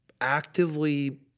actively